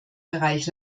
bereich